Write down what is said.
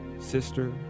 sister